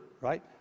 right